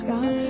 God